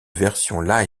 version